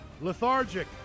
Lethargic